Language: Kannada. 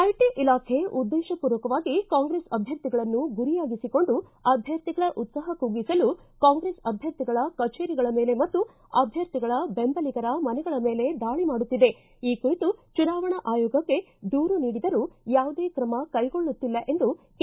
ಐಟ ಇಲಾಖೆ ಉದ್ದೇಶ ಪೂರ್ವಕವಾಗಿ ಕಾಂಗ್ರೆಸ್ ಅಭ್ಯರ್ಥಿಗಳನ್ನು ಗುರಿಯಾಗಿಸಿಕೊಂಡು ಅಭ್ಯರ್ಥಿಗಳ ಉತ್ಸಾಪ ಕುಗ್ಗಿಸಲು ಕಾಂಗ್ರೆಸ್ ಅಭ್ಯರ್ಥಿಗಳ ಕಛೇರಿಗಳ ಮೇಲೆ ಮತ್ತು ಅಭ್ಯರ್ಥಿಗಳ ಬೆಂಬಲಿಗರ ಮನೆಗಳ ಮೇಲೆ ದಾಳಿ ಮಾಡುತ್ತಿದೆ ಈ ಕುರಿತು ಚುನಾವಣಾ ಆಯೋಗಕ್ಕೆ ದೂರು ನೀಡಿದರೂ ಯಾವುದೇ ಕ್ರಮ ಕೈಗೊಳ್ಳುತ್ತಿಲ್ಲ ಎಂದು ಕೆ